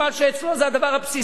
זה אצלו דבר בסיסי,